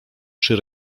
przy